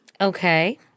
Okay